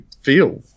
feel